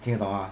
听得懂啊